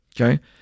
Okay